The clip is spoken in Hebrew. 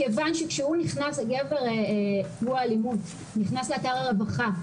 מכיוון שכשהוא נכנס לאתר הרווחה,